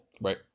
right